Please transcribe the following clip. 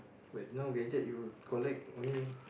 wait now gadget you collect only